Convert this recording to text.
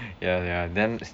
ya ya then